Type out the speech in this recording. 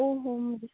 ओ हो